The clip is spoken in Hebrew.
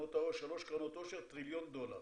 שלוש קרנות עושר, טריליון דולר,